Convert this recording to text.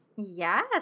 Yes